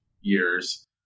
years